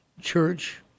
church